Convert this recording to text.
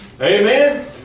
Amen